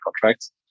contracts